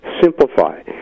simplify